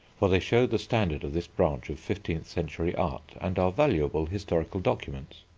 for they show the standard of this branch of fifteenth-century art and are valuable historical documents.